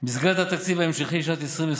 התקציב ההמשכי של שנת 2020,